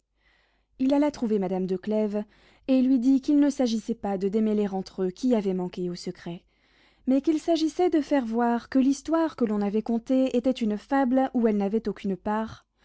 il alla trouver madame de clèves et lui dit qu'il ne s'agissait pas de démêler entre eux qui avait manqué au secret mais qu'il s'agissait de faire voir que l'histoire que l'on avait contée était une fable où elle n'avait aucune part